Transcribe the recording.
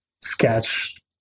sketch